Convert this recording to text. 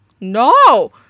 No